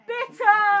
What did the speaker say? Bitter